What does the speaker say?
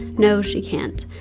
no, she can't.